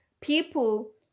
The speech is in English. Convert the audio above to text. people